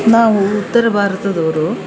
ನಾವು ಉತ್ತರ ಭಾರತದವರು